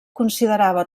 considerava